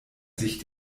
sich